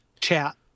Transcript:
chat